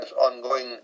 ongoing